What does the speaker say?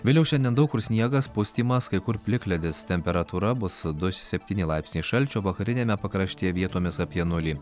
vėliau šiandien daug kur sniegas pustymas kai kur plikledis temperatūra bus du septyni laipsniai šalčio vakariniame pakraštyje vietomis apie nulį